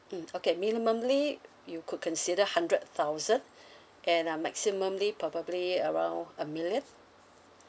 mm okay minimumly you could consider hundred thousand and uh maximumly probably around a million